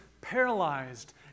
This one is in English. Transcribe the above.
paralyzed